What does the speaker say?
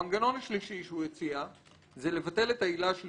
המנגנון השלישי שהוא הציע הוא לבטל את העילה של